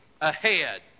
ahead